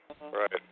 right